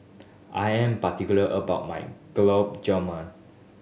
I am particular about my Gulab Jamun